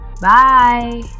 bye